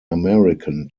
american